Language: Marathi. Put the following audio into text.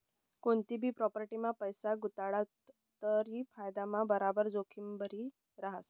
कोनतीभी प्राॅपटीमा पैसा गुताडात तरी फायदाना बराबर जोखिमभी रहास